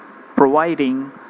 providing